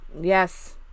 Yes